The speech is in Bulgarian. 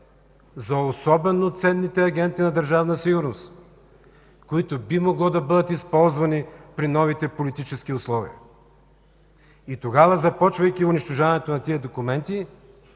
за особено ценните агенти на Държавна сигурност, които би могло да бъдат използвани при новите политически условия”. И тогава, започвайки унищожаването на тези документи,